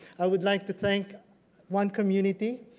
i would like to thank one community.